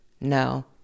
no